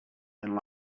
and